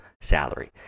Salary